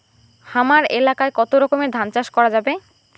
হামার এলাকায় কতো রকমের ধান চাষ করা যাবে?